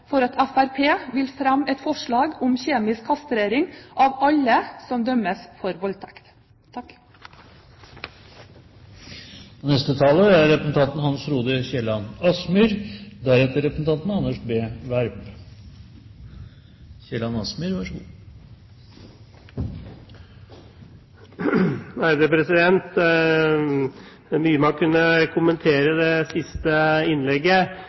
for at Fremskrittspartiet vil fremme et forslag om kjemisk kastrering av alle som dømmes for voldtekt. Det er mye man kunne kommentere i det siste innlegget. Man må kunne forvente, når man beskylder forslagsstillerne for å være useriøse, at man